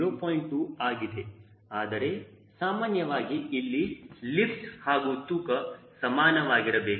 2 ಆಗಿದೆ ಆದರೆ ಸಾಮಾನ್ಯವಾಗಿ ಇಲ್ಲಿ ಲಿಫ್ಟ್ ಹಾಗೂ ತೂಕ ಸಮಾನವಾಗಿರಬೇಕು